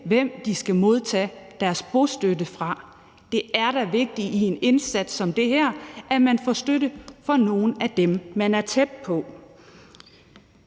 hvem de skal modtage deres bostøtte fra. Det er da vigtigt i en indsats som den her, at man får støtte fra nogle af dem, man er tæt på.